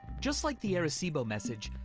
just like the arecibo message,